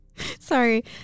Sorry